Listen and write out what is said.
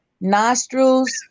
nostrils